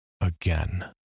Again